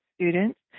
Students